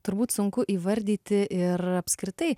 turbūt sunku įvardyti ir apskritai